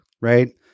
Right